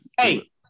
Hey